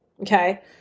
Okay